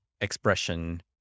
expression